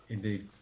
Indeed